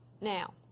now